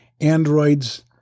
Android's